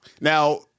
now